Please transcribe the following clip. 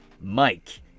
Mike